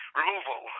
removal